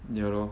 ya lor